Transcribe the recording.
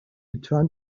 return